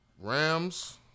Rams